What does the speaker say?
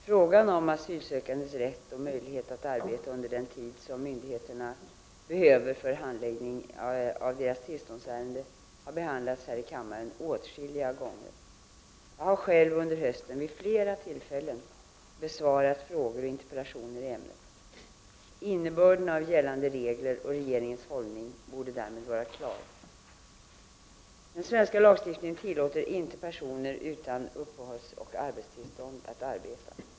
Frågan om asylsökandes rätt och möjlighet att arbeta under den tid som myndigheterna behöver för handläggning av deras tillståndsärende har behandlats här i kammaren åtskilliga gånger. Jag har själv under hösten vid flera tillfällen besvarat frågor och interpellationer i ämnet. Innebörden av gällande regler och regeringens hållning borde därmed vara klar. Den svenska lagstiftningen tillåter inte personer utan uppehållsoch arbetstillstånd att arbeta.